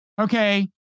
Okay